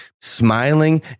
Smiling